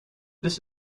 this